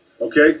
Okay